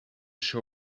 show